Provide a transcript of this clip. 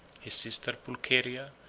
his sister pulcheria,